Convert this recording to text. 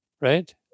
right